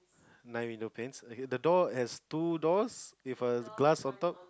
nine window panes okay the door has two doors with a glass on top